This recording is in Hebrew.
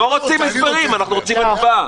אנחנו לא רוצים הסברים, אנחנו רוצים הצבעה.